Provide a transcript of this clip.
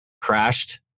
crashed